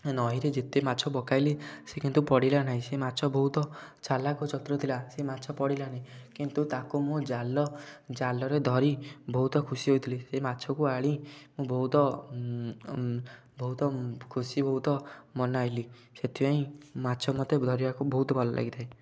ନଈରେ ଯେତେ ମାଛ ପକାଇଲି ସେ କିନ୍ତୁ ପଡ଼ିଲା ନାହିଁ ସେ ମାଛ ବହୁତ ଚାଲାକ୍ ଓ ଚତୁର ଥିଲା ସେ ମାଛ ପଡ଼ିଲାନି କିନ୍ତୁ ତାକୁ ମୁଁ ଜାଲ ଜାଲରେ ଧରି ବହୁତ ଖୁସି ହୋଇଥିଲି ସେ ମାଛକୁ ଆଣି ମୁଁ ବହୁତ ବହୁତ ଖୁସି ବହୁତ ମନାଇଲି ସେଥିପାଇଁ ମାଛ ମୋତେ ଧରିବାକୁ ବହୁତ ଭଲ ଲାଗିଥାଏ